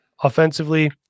offensively